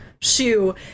shoe